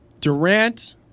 Durant